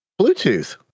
Bluetooth